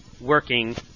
working